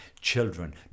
children